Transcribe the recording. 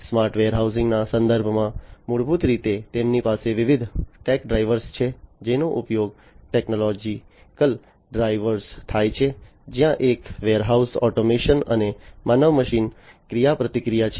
smart વેરહાઉસિંગના સંદર્ભમાં મૂળભૂત રીતે તેમની પાસે વિવિધ ટેક ડ્રાઈવરો છે જેનો ઉપયોગ ટેક્નોલોજીકલ ડ્રાઈવરો થાય છે જ્યાં એક વેરહાઉસ ઓટોમેશન અને માનવ મશીન ક્રિયાપ્રતિક્રિયા છે